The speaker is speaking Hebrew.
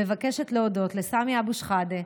אני מבקשת להודות לסמי אבו שחאדה,